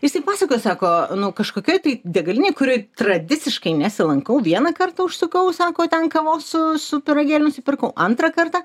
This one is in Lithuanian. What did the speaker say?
jisai pasakojo sako nu kažkokioj tai degalinėj kurioj tradiciškai nesilankau vieną kartą užsukau sako ten kavos su su pyragėliu nusipirkau antrą kartą